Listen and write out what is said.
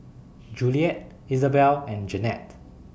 Juliet Isabelle and Jeannette